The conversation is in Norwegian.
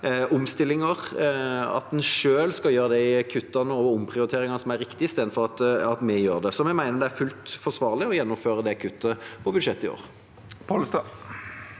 omstillinger – at en selv skal gjøre de kuttene og omprioriteringene som er riktige, istedenfor at vi gjør det. Så vi mener det er fullt forsvarlig å gjennomføre det kuttet i budsjettet i år. Geir